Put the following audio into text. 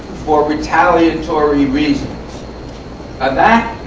for retaliatory reasons. of that,